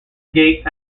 gate